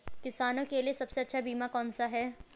किसानों के लिए सबसे अच्छा बीमा कौन सा है?